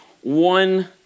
one